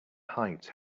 height